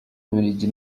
bubiligi